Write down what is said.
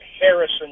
Harrison